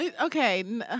Okay